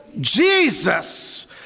Jesus